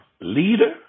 leader